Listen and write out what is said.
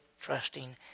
trusting